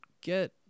get